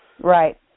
Right